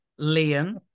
Liam